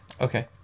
Okay